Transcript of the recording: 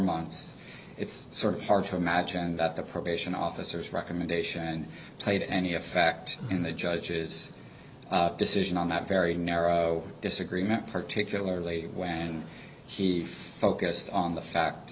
months it's sort of hard to imagine that the probation officers recommendation played any effect in the judge's decision on that very narrow disagreement particularly when he focused on the fact